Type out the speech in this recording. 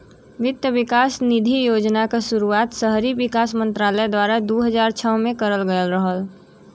वित्त विकास निधि योजना क शुरुआत शहरी विकास मंत्रालय द्वारा दू हज़ार छह में करल गयल रहल